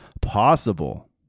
possible